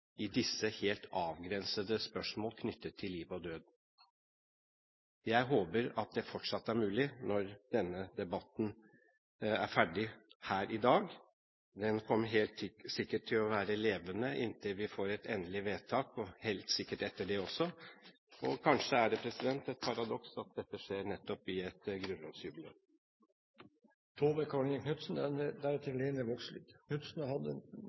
i disse helt avgrensede spørsmål knyttet til liv og død. Jeg håper at det fortsatt er mulig når denne debatten er ferdig her i dag. Den kommer helt sikkert til å være levende inntil vi får et endelig vedtak, og helt sikkert etter det også. Og kanskje er det et paradoks at dette skjer nettopp i et grunnlovsjubileumsår. Representanten Tove Karoline Knutsen har hatt ordet to ganger tidligere og får ordet til en